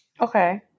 Okay